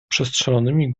przestrzelonymi